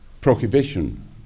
prohibition